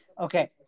okay